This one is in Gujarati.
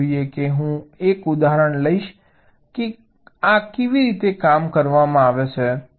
ચાલો જોઈએ કે હું એક ઉદાહરણ લઈશ કે આ કેવી રીતે કામ કરવામાં આવે છે